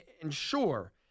ensure